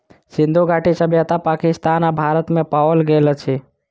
सिंधु घाटी सभ्यता पाकिस्तान आ भारत में पाओल गेल अछि